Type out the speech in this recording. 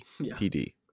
TD